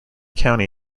county